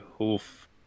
Oof